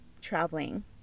traveling